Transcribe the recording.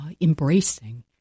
embracing